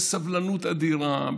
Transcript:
בסבלנות אדירה,